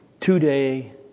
two-day